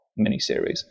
miniseries